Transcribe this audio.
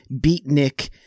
beatnik –